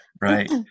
right